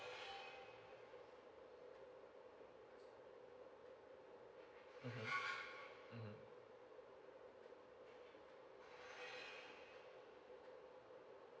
uh mm